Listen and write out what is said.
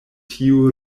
tiu